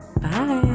Bye